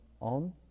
on